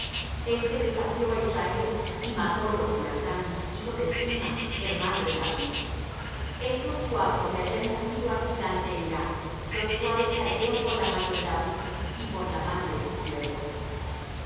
este desafió á israel y matólo jonathán hijo de sima hermano de david estos cuatro le habían nacido al gigante en gath los cuales cayeron por la mano de david y por la mano de sus siervos